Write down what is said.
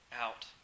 out